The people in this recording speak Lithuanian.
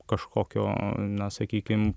kažkokio na sakykim